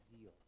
zeal